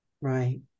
Right